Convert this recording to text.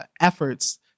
efforts